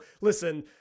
listen